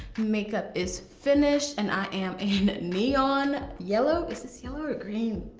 makeup is finished, and i am in neon yellow. is this yellow or green?